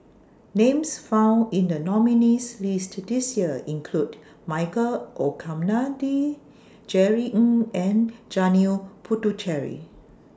Names found in The nominees' list This Year include Michael Olcomendy Jerry Ng and Janil Puthucheary